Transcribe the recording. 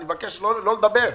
אני מבקש לא לדבר.